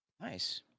nice